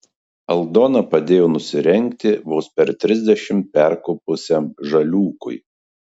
aldona padėjo nusirengti vos per trisdešimt perkopusiam žaliūkui